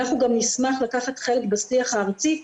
אנחנו גם נשמח לקחת חלק בשיח הארצי.